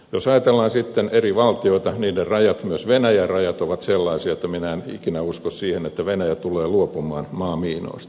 jos ajatellaan sitten eri valtioita niiden rajoja myös venäjän rajat ovat sellaisia että minä en ikinä usko siihen että venäjä tulee luopumaan maamiinoista